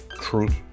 truth